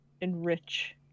enrich